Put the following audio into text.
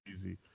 easy